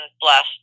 blessed